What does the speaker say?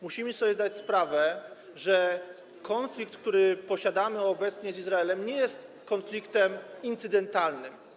Musimy sobie zdać sprawę z tego, że konflikt, który mamy obecnie z Izraelem, nie jest konfliktem incydentalnym.